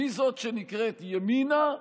מזאת שנקראת ימינה,